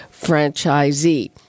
franchisee